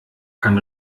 kann